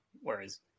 whereas